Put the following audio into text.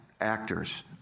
actors